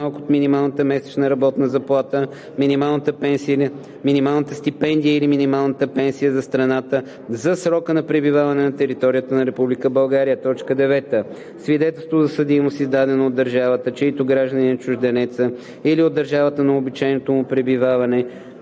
по-малък от минималната месечна работна заплата, минималната стипендия или минималната пенсия за страната, за срока на пребиваване на територията на Република България; 9. свидетелство за съдимост, издадено от държавата, чийто гражданин е чужденецът, или от държавата на обичайното му пребиваване